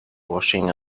washing